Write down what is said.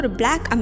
black